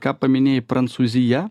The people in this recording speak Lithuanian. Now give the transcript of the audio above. ką paminėjai prancūzija